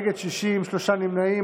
נגד, 60, שני נמנעים.